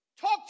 talk